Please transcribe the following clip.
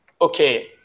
okay